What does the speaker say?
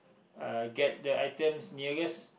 uh get the items nearest